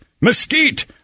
mesquite